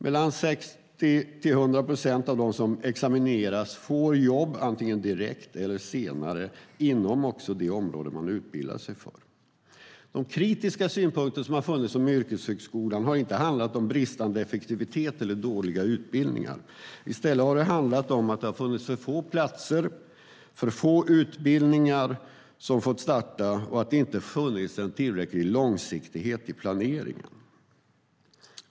Mellan 60 och 100 procent av dem som examineras får jobb antingen direkt eller senare inom det område de utbildat sig i.De kritiska synpunkter som funnits om yrkeshögskolan har inte handlat om bristande effektivitet eller dåliga utbildningar, utan om att det funnits för få platser, att för få utbildningar fått starta och att det inte funnits tillräcklig långsiktighet i planeringen.